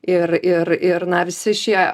ir ir ir na visi šie